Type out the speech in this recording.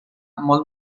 molt